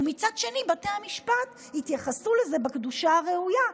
ומצד שני בתי המשפט יתייחסו לזה בקדושה הראויה,